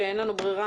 שאין לנו ברירה,